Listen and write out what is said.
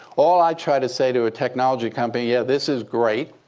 all i try to say to technology company, yeah, this is great.